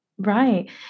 Right